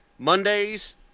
Mondays